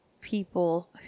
people